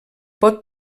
pot